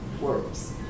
works